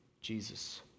Jesus